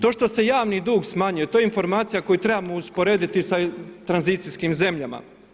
To što se javni dug smanjuje to je informacija koju trebamo usporediti sa tranzicijskim zemlja.